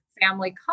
family